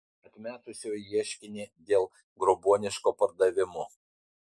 atmetusio ieškinį dėl grobuoniško pardavimo